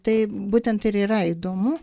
tai būtent ir yra įdomu